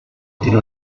tiene